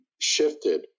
shifted